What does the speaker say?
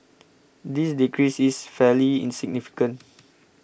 this decrease is fairly in significant